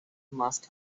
must